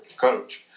coach